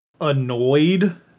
annoyed